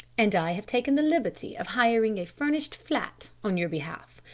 and i have taken the liberty of hiring a furnished flat on your behalf.